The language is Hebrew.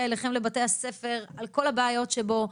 אליכם לבתי הספר על כל הבעיות שבו,